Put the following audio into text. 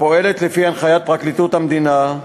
הפועלת לפי הנחיית פרקליטות המדינה,